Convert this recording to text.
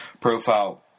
profile